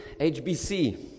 HBC